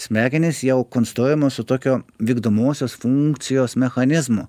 smegenys jau konstruojamos su tokiu vykdomosios funkcijos mechanizmu